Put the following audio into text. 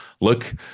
look